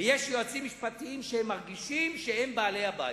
ויש יועצים משפטיים שמרגישים שהם בעלי-הבית.